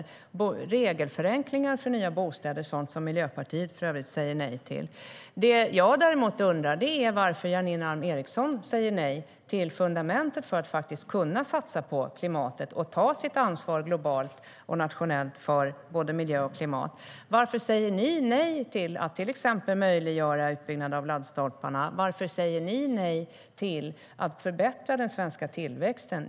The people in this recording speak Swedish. Det handlar också om regelförenklingar för nya bostäder - sådant som Miljöpartiet för övrigt säger nej till. Jag undrar däremot varför Janine Alm Ericson säger nej till fundamentet för att kunna satsa på klimatet och ta sitt ansvar globalt och nationellt för både miljö och klimat. Varför säger ni nej till att till exempel möjliggöra utbyggnad av laddstolparna? Varför säger ni nej till att förbättra den svenska tillväxten?